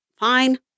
fine